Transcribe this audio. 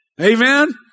Amen